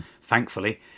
thankfully